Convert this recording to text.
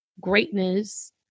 greatness